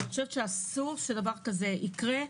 אסור שדבר כזה יקרה.